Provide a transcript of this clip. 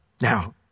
Now